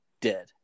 dead